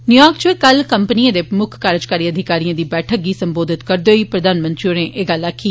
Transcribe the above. New York च कल कम्पनिएं दे मुक्ख कार्यकारी अधिकारियें दी बैठक गी संबोधित करदे होई प्रधानमंत्री होरें एह् गल्ल आक्खी